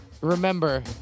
remember